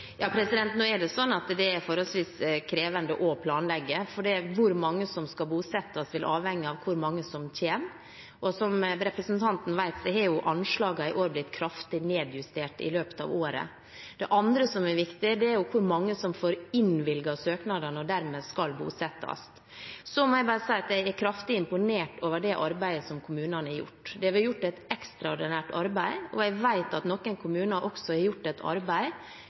Det er forholdsvis krevende å planlegge, for hvor mange som skal bosettes, vil avhenge av hvor mange som kommer. Som representanten vet, har anslagene i år blitt kraftig nedjustert i løpet av året. Det andre som er viktig, er hvor mange som får innvilget søknadene og dermed skal bosettes. Jeg må bare si at jeg er kraftig imponert over det arbeidet kommunene har gjort. Det har vært gjort et ekstraordinært arbeid, og jeg vet at noen kommuner har gjort et arbeid